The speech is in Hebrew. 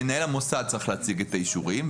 מנהל המוסד צריך להציג את האישורים.